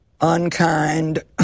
unkind